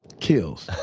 kills.